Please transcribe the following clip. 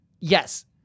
Yes